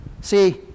See